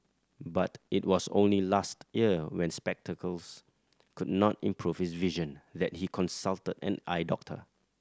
but it was only last year when spectacles could not improve his vision that he consulted an eye doctor